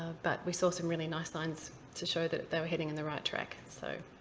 but we saw some really nice lines to show that they were heading in the right track. and so